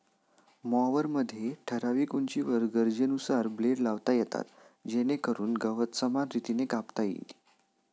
मॉवरमध्ये ठराविक उंचीवर गरजेनुसार ब्लेड लावता येतात जेणेकरून गवत समान रीतीने कापता येईल